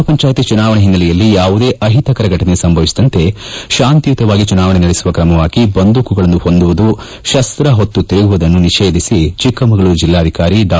ಗ್ರಾಮ ಪಂಚಾಯಿತಿ ಚುನಾವಣೆ ಹಿನ್ನೆಲೆಯಲ್ಲಿ ಯಾವುದೇ ಅಹಿತಕರ ಫಟನೆ ಸಂಭವಿಸದಂತೆ ಶಾಂತಿಯುತವಾಗಿ ಚುನಾವಣೆ ನಡೆಸುವ ತ್ರಮವಾಗಿ ಬಂದೂಕುಗಳನ್ನು ಹೊಂದುವುದು ಶಸ್ತ ಹೊತ್ತು ತಿರುಗುವುದನ್ನು ನಿಷೇಧಿಸಿ ಚಿಕ್ಕಮಗಳೂರು ಜಿಲ್ಲಾಧಿಕಾರಿ ಡಾ